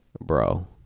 Bro